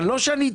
אבל לא שאתחנן.